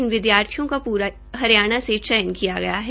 इन विद्यार्थियों का पूरे हरियाणा से चयन किया गया है